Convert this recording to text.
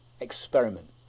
experiment